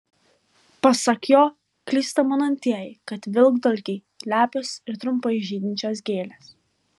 pasak jo klysta manantieji kad vilkdalgiai lepios ir trumpai žydinčios gėlės